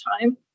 time